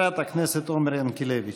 חברת הכנסת עומר ינקלביץ'.